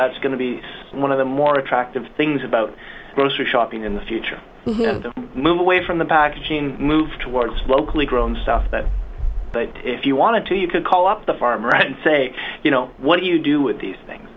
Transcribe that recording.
that's going to be one of the more attractive things about grocery shopping in the future move away from the packaging move towards locally grown stuff but if you wanted to you could call up the farmer and say what do you do with these things